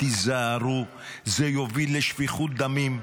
תיזהרו, זה יוביל לשפיכות דמים.